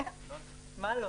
שלום,